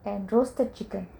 and roasted chicken